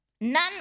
None